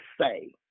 say